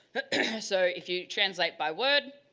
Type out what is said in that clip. so if you translate by word.